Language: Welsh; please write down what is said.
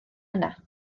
yna